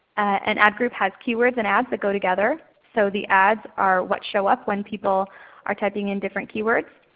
an ad group has keywords and ads that go together. so the ads are what show up when people are typing in different keywords.